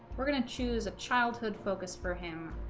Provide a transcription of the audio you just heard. we're gonna choose a childhood focus for him